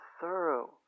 thorough